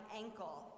ankle